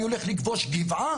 למה, אני הולך לכבוש גבעה?